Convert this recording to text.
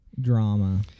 drama